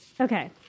Okay